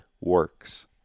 works